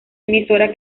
emisora